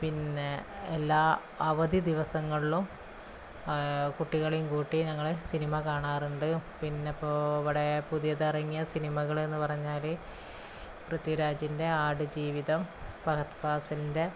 പിന്നെ എല്ലാ അവധി ദിവസങ്ങളിലും കുട്ടികളെയും കൂട്ടി ഞങ്ങള് സിനിമ കാണാറുണ്ട് പിന്നിപ്പോള് ഇവിടെ പുതിയത് ഇറങ്ങിയ സിനിമകൾ എന്ന് പറഞ്ഞാൽ പൃഥ്വിരാജിന്റെ ആടുജീവിതം ഫഹദ് ഫാസിലിന്റെ